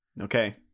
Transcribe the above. Okay